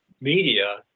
media